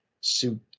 suit